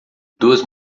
duas